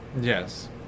Yes